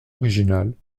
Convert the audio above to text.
originale